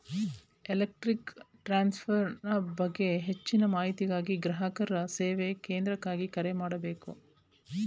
electric transfer ಬಗ್ಗೆ ಹೆಚ್ಚಿನ ಮಾಹಿತಿಗಾಗಿ ಗ್ರಾಹಕರ ಸೇವಾ ಕೇಂದ್ರಕ್ಕೆ ಕರೆ ಮಾಡಬೇಕು